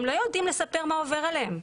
הם לא יודעים לספר מה עובר עליהם.